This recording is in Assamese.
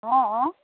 অঁ অঁ